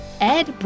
Ed